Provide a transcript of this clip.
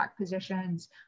positions